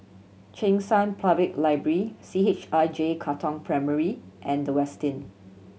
Cheng San Public Library C H I J Katong Primary and The Westin